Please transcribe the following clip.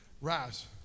rise